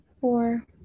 four